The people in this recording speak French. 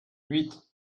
huit